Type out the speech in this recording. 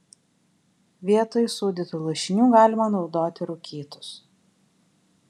vietoj sūdytų lašinių galima naudoti rūkytus